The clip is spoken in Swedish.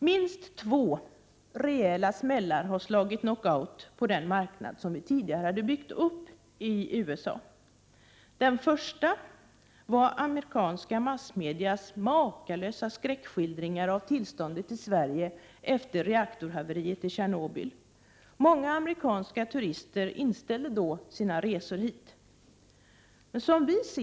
Minst två rejäla smällar har slagit knockout på den marknad vi tidigare hade byggt upp i USA. Den första var amerikanska massmedias makalösa skräckskildringar av tillståndet i Sverige efter reaktorhaveriet i Tjernobyl. Många amerikanska turister inställde sina resor hit. Som vi ser det innebar Prot.